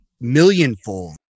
millionfold